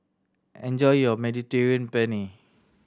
enjoy your Mediterranean Penne